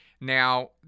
Now